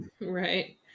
Right